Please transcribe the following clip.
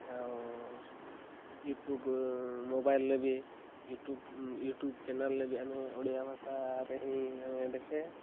ଆଉ ୟୁଟ୍ୟୁବ୍ ମୋବାଇଲରେ ବି ୟୁଟ୍ୟୁବ୍ ୟୁଟ୍ୟୁବ୍ ଚ୍ୟାନେଲରେ ବି ଆମେ ଓଡ଼ିଆ ଭାଷାରେ ହିଁ ଆମେ ଦେଖେ